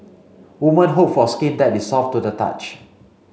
woman hope for skin that is soft to the touch